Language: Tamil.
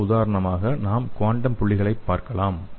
அடுத்த உதாரணமாக நாம் குவாண்டம் புள்ளிகளைப் பார்க்கலாம்